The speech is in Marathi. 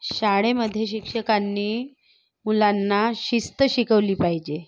शाळेमध्ये शिक्षकांनी मुलांना शिस्त शिकवली पाहिजे